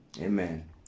Amen